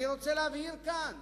אני רוצה להבהיר כאן